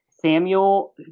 Samuel